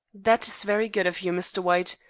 that is very good of you, mr. white.